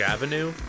Avenue